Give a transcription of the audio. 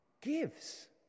gives